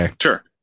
Sure